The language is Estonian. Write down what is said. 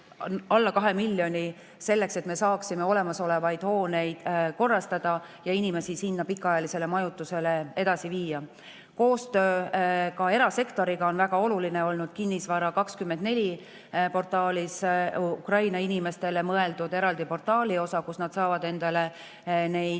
alla 2 miljoni selleks, et me saaksime olemasolevaid hooneid korrastada ja inimesi sinna pikaajalisele majutusele viia. Ka koostöö erasektoriga on väga oluline olnud. Portaalis Kinnisvara24 on Ukraina inimestele mõeldud eraldi portaaliosa, kus nad saavad endale neid